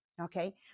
Okay